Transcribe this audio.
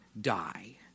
die